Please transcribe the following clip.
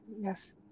Yes